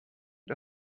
der